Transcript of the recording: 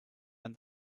and